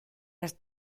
las